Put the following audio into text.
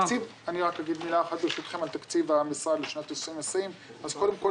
אני רק אגיד מלה אחת על תקציב המשרד לשנת 20/20. אז קודם כל,